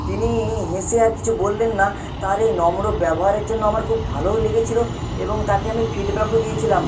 তিনি হেসে আর কিছু বললেন না তার এই নম্র ব্যবহারের জন্য আমার খুব ভালোও লেগেছিল এবং তাকে আমি ফিডব্যাকও দিয়েছিলাম